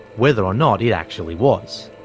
whether or not it actually was.